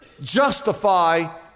justify